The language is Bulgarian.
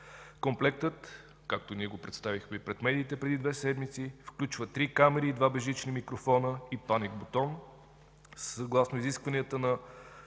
Комплектът, както ние го представихме и пред медиите преди две седмици, включва 3 камери, 2 безжични микрофона и паник бутон.